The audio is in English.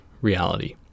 reality